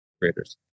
creators